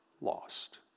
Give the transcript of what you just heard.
lost